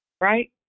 right